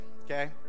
okay